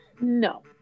No